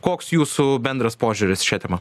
koks jūsų bendras požiūris šia tema